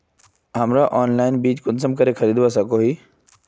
हमरा ऑनलाइन बीज कुंसम करे खरीदवा सको ही?